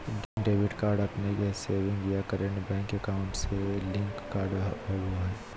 debit card अपने के savings या करंट बैंक अकाउंट से लिंक्ड कार्ड होबा हइ